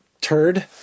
turd